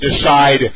decide